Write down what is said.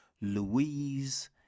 Louise